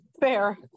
fair